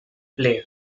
play